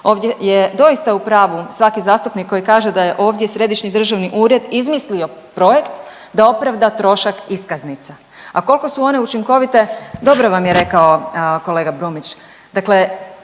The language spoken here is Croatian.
Ovdje je doista u pravu svaki zastupnik koji kaže da je ovdje središnji državni ured izmislio projekt da opravda trošak iskaznica. A koliko su one učinkovite? Dobro vam je rekao kolega Brumnić,